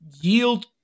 yield